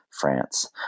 France